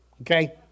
okay